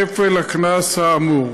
כפל הקנס האמור.